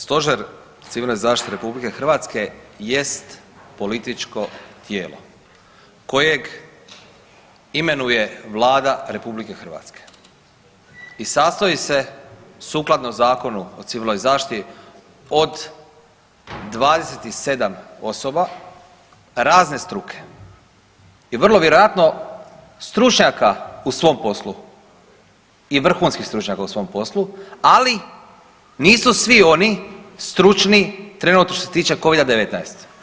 Stožer civilne zaštite RH jest političko tijelo kojeg imenuje Vlada RH i sastoji se sukladno Zakonu o civilnoj zaštiti od 27 osoba razne struke i vrlo vjerojatno stručnjaka u svom poslu i vrhunskih stručnjaka u svom poslu, ali nisu svi oni stručni trenutno što se tiče covida-19.